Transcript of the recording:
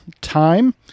time